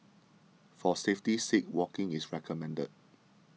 for safety's sake walking is recommended